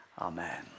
Amen